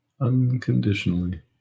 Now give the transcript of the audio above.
Unconditionally